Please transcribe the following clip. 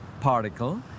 particle